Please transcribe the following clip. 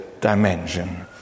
dimension